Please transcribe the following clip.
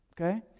Okay